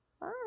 Bye